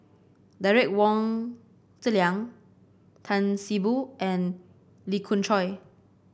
Derek Wong Zi Liang Tan See Boo and Lee Khoon Choy